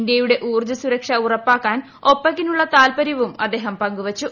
ഇന്ത്യയുടെ ഊർജ സുരക്ഷ ഉറപ്പാക്കാൻ ഒപെകിനുള്ള താത്പര്യവും അദ്ദേഹം പങ്കുവച്ചു